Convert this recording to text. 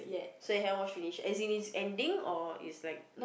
so you haven't watch finish as in it's ending or it's like